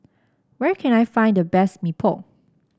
where can I find the best Mee Pok